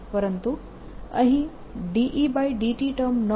પરંતુ અહીં Et term ન હોઈ શકે તેવું કોઈ કારણ નથી